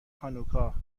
هانوکا